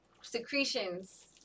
secretions